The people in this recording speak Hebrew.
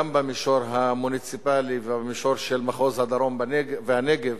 גם במישור המוניציפלי ובמישור של מחוז הדרום והנגב